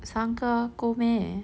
三个够 meh